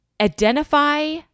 Identify